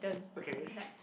okay